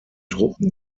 truppen